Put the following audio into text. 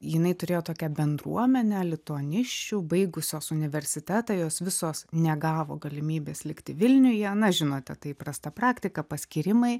jinai turėjo tokią bendruomenę lituanisčių baigusios universitetą jos visos negavo galimybės likti vilniuje na žinote tai įprasta praktika paskyrimai